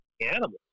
animals